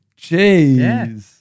Jeez